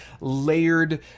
layered